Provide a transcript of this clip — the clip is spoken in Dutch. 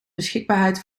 beschikbaarheid